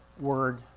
word